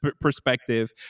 perspective